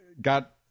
got